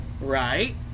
Right